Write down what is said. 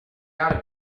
ought